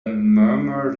murmur